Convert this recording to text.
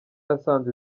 yasanze